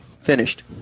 finished